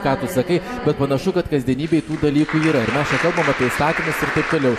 ką tu sakai bet panašu kad kasdienybėj tų dalykų yra ir mes kalbam apie įstatymus ir taip toliau